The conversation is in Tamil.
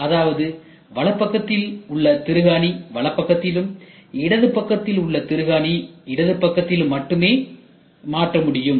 அதாவது வலப்பக்கத்தில் உள்ள திருகாணி வலது பக்கத்திலும் இடப்பக்கத்தில் உள்ள திருகாணி இடது பக்கத்திலும் மட்டுமே மாற்ற முடியும்